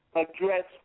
address